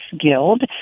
Guild